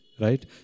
right